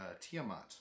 Tiamat